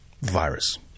virus